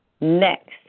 Next